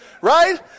right